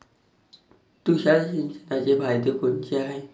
तुषार सिंचनाचे फायदे कोनचे हाये?